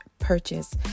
Purchase